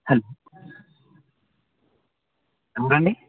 hello ఎవరండి